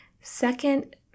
Second